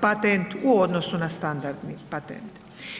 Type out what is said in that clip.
patent u odnosu na standardni patent.